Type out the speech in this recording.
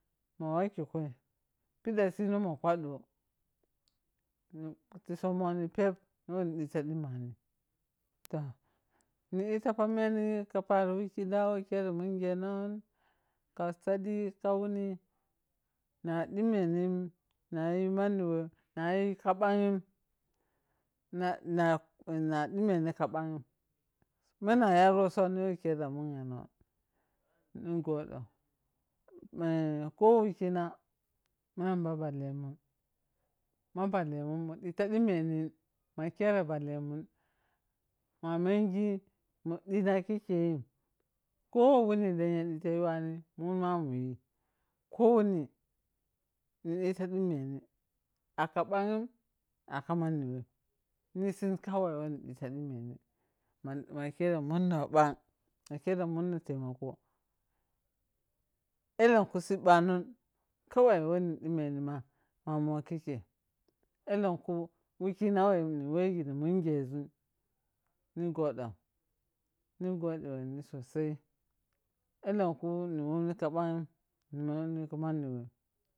Ma wakhi kyai pida sinoma phada ti somoni peb wo ni dita domani tah ni dita pameni ko pari wukeno wo khere mangenon ka sadi ka wani na demenim nayi man mani wem ko ɓahim bada ya rotso wo khere mungheno ni godou eh ko wokina ma yamba ballemun ma ballemun midilo dem ni bha khere ballemun ma monsi nina khekeyim ko wani lenya tito yuwani munma munyu ko wani ni tita demmoni aka ɓanyim akamaniwe nisii kausoi woni dita dimmeni mi khere mano ɓang ma khere mano tarmako elhenku simɓanon khere pa ni nemmeni ma mamou khike elhenku wakhina wo khere mungheȝun ni godou ni godeni sosai elheku ni womni ka banghimni womni ka mani wam.